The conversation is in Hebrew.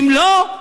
אם לא,